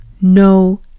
no